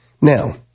Now